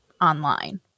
online